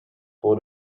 for